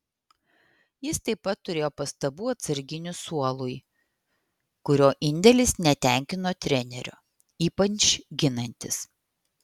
jis taip pat turėjo pastabų atsarginių suolui kurio indėlis netenkino trenerio ypač ginantis